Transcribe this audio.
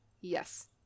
Yes